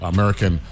American